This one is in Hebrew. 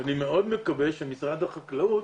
ואני מאוד מקווה שמשרד החקלאות